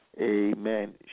Amen